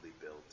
built